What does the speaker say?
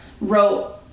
wrote